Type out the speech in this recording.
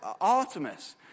Artemis